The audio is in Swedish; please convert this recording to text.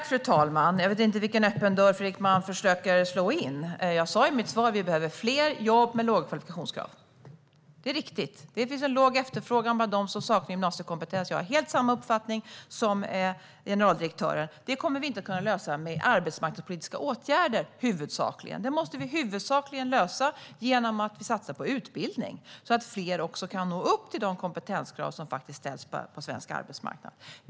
Fru talman! Jag vet inte vilken öppen dörr som Fredrik Malm försöker slå in. Jag sa i mitt svar att vi behöver fler jobb med låga kvalifikationskrav. Det är riktigt. Det finns en låg efterfrågan på dem som saknar gymnasiekompetens - jag har helt samma uppfattning som generaldirektören. Detta kommer vi inte att kunna lösa med huvudsakligen arbetsmarknadspolitiska åtgärder. Detta måste vi huvudsakligen lösa genom att vi satsar på utbildning så att fler kan nå upp till de kompetenskrav som faktiskt ställs på svensk arbetsmarknad.